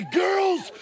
girls